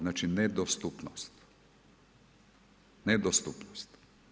Znači nedostupnost, nedostupnost.